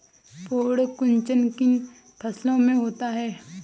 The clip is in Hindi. पर्ण कुंचन किन फसलों में होता है?